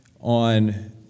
on